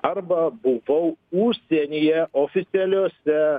arba buvau užsienyje oficialiose